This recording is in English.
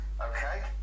Okay